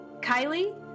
Kylie